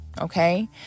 okay